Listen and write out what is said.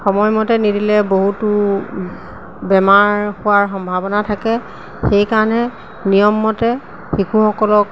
সময়মতে নিদিলে বহুতো বেমাৰ হোৱাৰ সম্ভাৱনা থাকে সেইকাৰণে নিয়মমতে শিশুসকলক